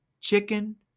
chicken